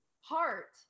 heart